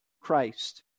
Christ